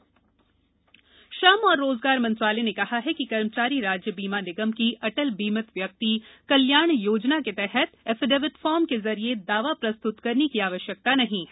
कर्मचारी बीमा श्रम और रोजगार मंत्रालय ने कहा है कि कर्मचारी राज्य बीमा निगम की अटल बीमित व्यक्ति कल्याण योजना के तहत एफिडेविट फॉर्म के जरिये दावा प्रस्तुत करने की आवश्यकता नहीं है